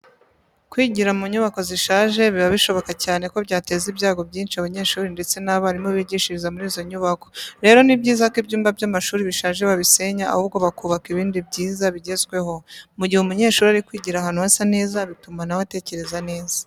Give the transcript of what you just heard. Kwigira mu nyubako zishaje biba bishoboka cyane ko byateza ibyago byinshi abanyeshuri ndetse n'abarimu bigishiriza muri izo nyubako. Rero ni byiza ko ibyumba by'amashuri bishaje babisenya ahubwo bakubaka ibindi byiza bigezweho. Mu gihe umunyeshuri ari kwigira ahantu hasa neza, bituma na we atekereza neza.